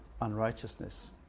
unrighteousness